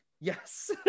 Yes